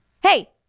Hey